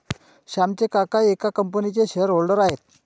श्यामचे काका एका कंपनीचे शेअर होल्डर आहेत